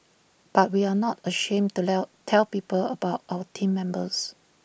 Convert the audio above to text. but we are not ashamed to tell people about our Team Members